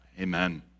Amen